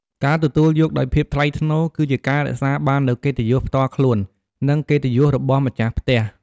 ការទទួលយកដោយភាពថ្លៃថ្នូរ គឺជាការរក្សាបាននូវកិត្តិយសផ្ទាល់ខ្លួន និងកិត្តិយសរបស់ម្ចាស់ផ្ទះ។